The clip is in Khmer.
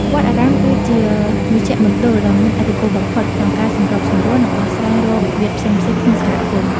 វត្តអារាម គឺជាមជ្ឈមណ្ឌលដ៏មានឥទ្ធិពលបំផុតក្នុងការសម្របសម្រួល និងដោះស្រាយរាល់វិវាទផ្សេងៗក្នុងសហគមន៍។